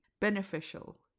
beneficial